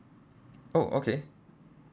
oh okay